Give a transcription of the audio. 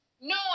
No